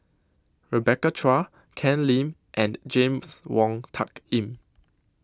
Rebecca Chua Ken Lim and James Wong Tuck Yim